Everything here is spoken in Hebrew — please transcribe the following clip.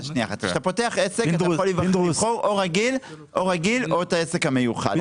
כשאתה פותח עסק אתה יכול לבחור או רגיל או את העסק המיוחד.